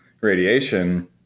radiation